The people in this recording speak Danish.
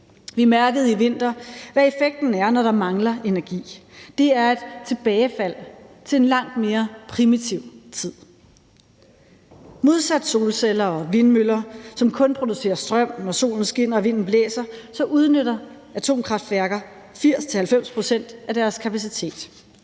Vi mærkede i vinter, hvad effekten er, når der mangler energi. Det er et tilbagefald til en langt mere primitiv tid. Modsat solcelleanlæg og vindmøller, som kun producerer strøm, når solen skinner og vinden blæser, udnytter atomkraftværker 80-90 pct. af deres kapacitet.